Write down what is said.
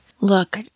look